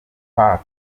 park